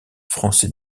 français